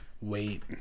Wait